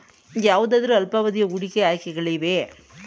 ಯಾವುದಾದರು ಅಲ್ಪಾವಧಿಯ ಹೂಡಿಕೆ ಆಯ್ಕೆಗಳಿವೆಯೇ?